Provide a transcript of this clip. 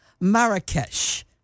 Marrakesh